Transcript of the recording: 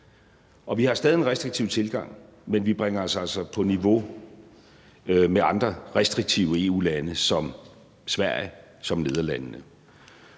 Vi har stadig en restriktiv tilgang, men vi bringer os altså på niveau med andre restriktive EU-lande som Sverige og Nederlandene.